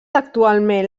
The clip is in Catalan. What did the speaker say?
actualment